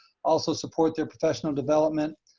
also support their professional development